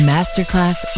Masterclass